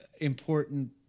important